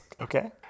Okay